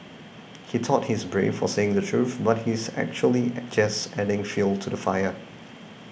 he thought he's brave for saying the truth but he's actually just adding fuel to the fire